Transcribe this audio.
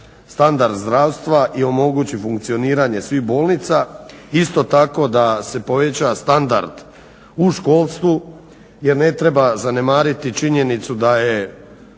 standard zdravstva i omogući funkcioniranje svih bolnica. Isto tako da se poveća standard u školstvu jer ne treba zanemariti činjenicu da je